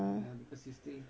hmm